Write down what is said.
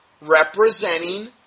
representing